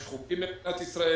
יש חוקים במדינת ישראל.